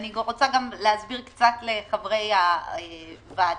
אני רוצה להסביר קצת לחברי הוועדה.